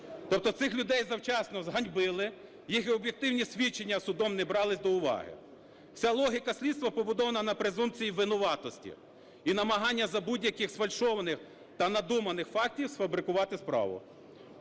Тобто цих людей завчасно зганьбили, їх об'єктивні свідчення судом не брались до уваги. Вся логіка слідства побудована на презумпції винуватості і намагання за будь-яких сфальшованих та надуманих фактів сфабрикувати справу.